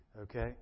okay